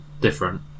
different